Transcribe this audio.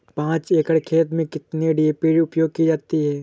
पाँच एकड़ खेत में कितनी डी.ए.पी उपयोग की जाती है?